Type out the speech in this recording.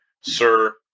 sir